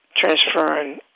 transferring